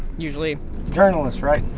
usually journalists, right?